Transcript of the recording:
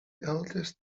eldest